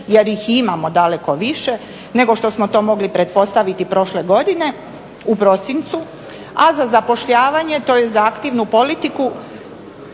jer ih imamo daleko više nego što smo to mogli pretpostaviti prošle godine u prosincu, a za zapošljavanje to je za aktivnu politiku